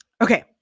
Okay